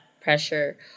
pressure